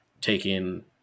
taking